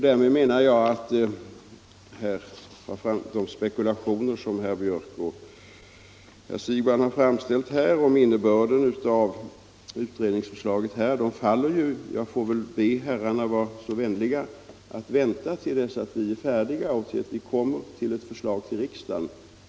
Därmed menar jag att de spekulationer som herr Björck och herr Siegbahn har framställt om innebörden av utredningsförslaget faller. Jag får väl be herrarna vara så vänliga och vänta till dess vi blir färdiga och kommer med ett förslag till riksdagen.